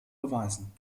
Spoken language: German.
beweisen